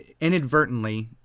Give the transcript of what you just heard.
inadvertently